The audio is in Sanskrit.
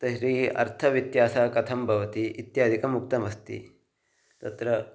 तर्हि अर्थव्यत्यासः कथं भवति इत्यादिकम् उक्तमस्ति तत्र